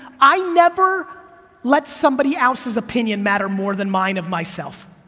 i never let somebody else's opinion matter more than mine of myself.